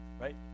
right